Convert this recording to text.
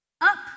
up